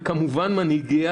וכמובן מנהיגיה,